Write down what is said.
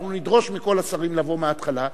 אנחנו נדרוש מכל השרים לבוא מההתחלה,